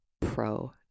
Pro